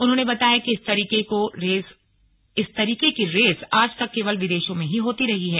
उन्होंने बताया कि इस तरीके की रेस आज तक केवल विदेशों में ही होती रही हैं